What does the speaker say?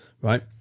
right